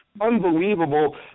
Unbelievable